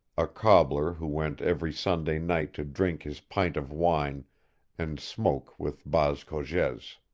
a cobbler who went every sunday night to drink his pint of wine and smoke with baas cogez.